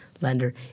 lender